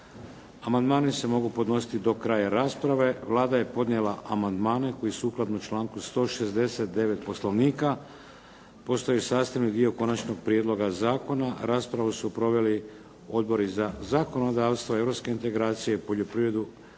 Amandmani se mogu podnositi do kraja rasprave. Vlada je podnijela amandmane koje sukladno članku 169. Poslovnika postaju sastavni dio konačnog prijedloga zakona. Raspravu su proveli Odbori za zakonodavstvo, europske integracije, poljoprivredu,